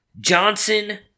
Johnson